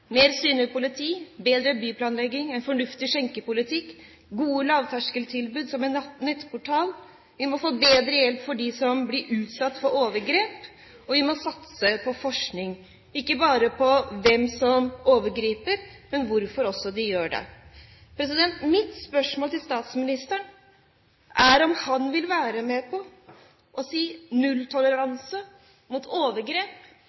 mer synlig politi, bedre byplanlegging, en fornuftig skjenkepolitikk, gode lavterskeltilbud, som en nettportal. Vi må få bedre hjelp for dem som blir utsatt for overgrep, og vi må satse på forskning, ikke bare på hvem som gjør overgrep, men også hvorfor de gjør det. Mitt spørsmål til statsministeren er om han vil være med på å si «nulltoleranse mot overgrep»,